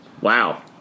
Wow